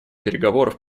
переговоров